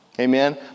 Amen